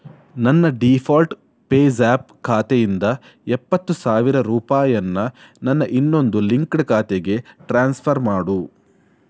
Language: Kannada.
ನನ್ನ ಡಿಫಾಲ್ಟ್ ಪೇಜ್ಆ್ಯಪ್ ಖಾತೆಯಿಂದ ಎಪ್ಪತ್ತು ಸಾವಿರ ರೂಪಾಯನ್ನು ನನ್ನ ಇನ್ನೊಂದು ಲಿಂಕ್ಡ್ ಖಾತೆಗೆ ಟ್ರಾನ್ಸ್ಫರ್ ಮಾಡು